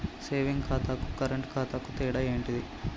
Saving ఖాతాకు current ఖాతాకు తేడా ఏంటిది?